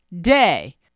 day